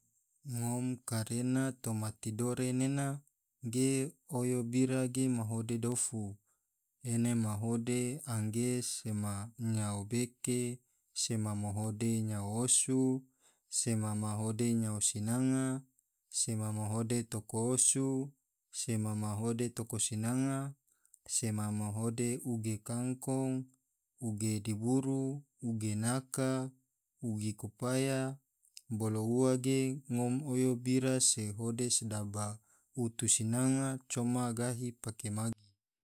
Ngom kare na toma tidore nena ge oyo bira ge mahode dofu ene ma hode angge sema nyao beke, sema mahode nyao osu, sema mahode nyao sinanga, sema mahode toko osu, sema mahode oko sinanga, sema mahode uge kangkong, uge diburu, uge naka uge kapaya, bolo ua ge ngom oyo bira se hode sedaba utu sinanga, coma gahi pake magi.